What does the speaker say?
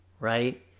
right